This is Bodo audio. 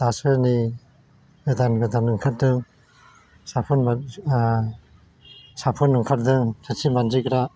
दासो नै गोदान गोदान ओंखारदों साफोन बायदि साफुन ओंखारदों थोरसि मानजिग्रा